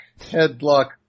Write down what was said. Headlock